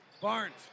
Barnes